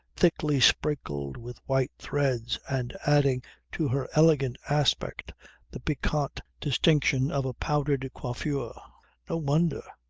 thickly sprinkled with white threads and adding to her elegant aspect the piquant distinction of a powdered coiffure no wonder,